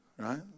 right